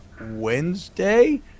Wednesday